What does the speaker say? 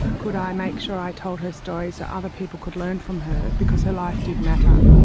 could i make sure i told her story so other people could learn from her, because her life did matter.